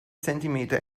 zentimeter